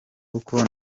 uko